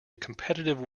competitive